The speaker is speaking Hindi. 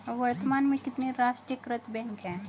वर्तमान में कितने राष्ट्रीयकृत बैंक है?